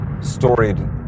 storied